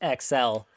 XL